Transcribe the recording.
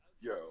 Yo